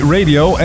Radio